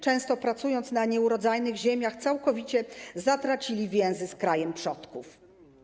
Często, pracując na nieurodzajnych ziemiach, całkowicie zatracali więzy z krajem przodków.